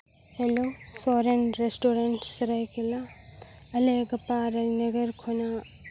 hello Soren restaurant ᱥᱚᱨᱟᱭᱠᱮᱞᱞᱟ ᱟᱞᱮ ᱜᱟᱯᱟ ᱨᱟᱡᱽᱱᱚᱜᱚᱨ ᱠᱷᱚᱱᱟᱜ